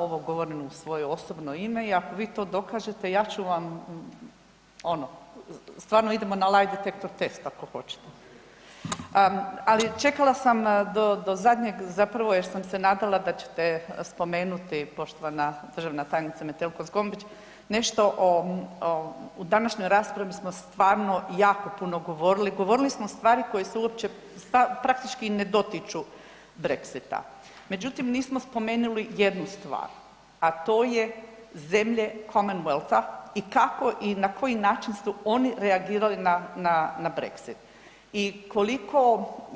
Ovo govorim u svoje osobno ime i ako vi to dokažete, ja ću vam ono, stvarno idemo na lie detector test, ako hoćete, ali čekala sam do zadnjeg zapravo jer sam se nadala da ćete spomenuti, poštovana državna tajnice Metelko Zgombić, nešto o, u današnjoj raspravi smo stvarno jako puno govorili, govorili smo stvari koje se uopće praktički ne dotiču Brexita međutim nismo spomenuli jednu stvar a to je zemlje Commonwealtha i kako i na koji način su oni reagirali na Brexit i koliko